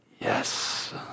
yes